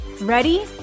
Ready